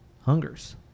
Hungers